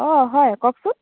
অঁ হয় কওকচোন